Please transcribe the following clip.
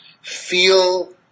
feel